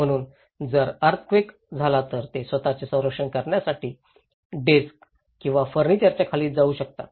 म्हणून जर अर्थक्वेक झाला तर ते स्वतःचे संरक्षण करण्यासाठी डेस्क किंवा फर्निचरच्या खाली जाऊ शकतात